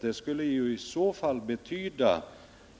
Det skulle i så fall betyda